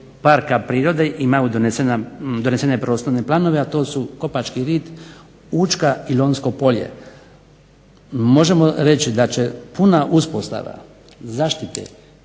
parka prirode imaju donesene prostorne planove, a to su Kopački rit, Učka i Lonjsko polje. Možemo reći da će puna uspostava zaštite